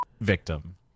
victim